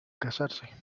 casarse